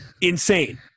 insane